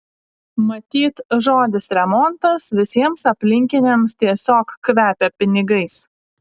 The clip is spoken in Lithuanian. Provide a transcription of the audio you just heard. matyt žodis remontas visiems aplinkiniams tiesiog kvepia pinigais